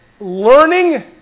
learning